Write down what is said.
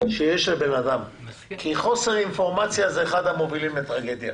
שיש לבן אדם כי חוסר אינפורמציה הוא אחד המובילים לטרגדיה.